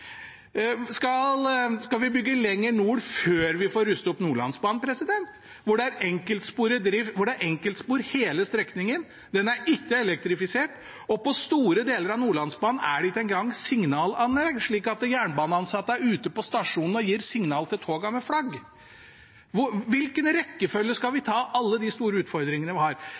Skal vi bygge lenger nord før vi får rustet opp Nordlandsbanen, hvor det er enkeltspor på hele strekningen? Den er ikke elektrifisert, og på store deler av Nordlandsbanen er det ikke engang signalanlegg, slik at jernbaneansatte er ute på stasjonen og gir signal til togene med flagg. I hvilken rekkefølge skal vi ta alle de store utfordringene vi har?